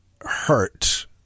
hurt